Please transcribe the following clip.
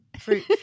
fruit